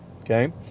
okay